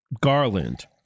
Garland